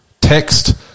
Text